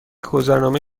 گذرنامه